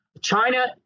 China